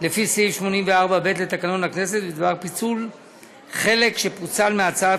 לפי סעיף 84ב לתקנון הכנסת בדבר פיצול חלק שפוצל מהצעת